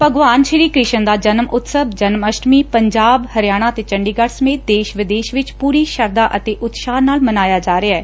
ਭਗਵਾਨ ਸ੍ਰੀ ਕ੍ਸਿਸਨ ਦਾ ਜਨਮ ਉਤਸਵ ਜਨਮ ਅਸ਼ਟਮੀ ਪੰਜਾਬ ਹਰਿਆਣਾ ਤੇ ਚੰਡੀਗੜ ਸਮੇਤ ਦੇਸ਼ ਵਿਦੇਸ਼ ਵਿਚ ਪੁਰੀ ਸ਼ਰਧਾ ਅਤੇ ਉਤਸ਼ਾਹ ਨਾਲ ਮਨਾਇਆ ਜਾ ਰਿਹੈ